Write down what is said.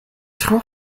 tro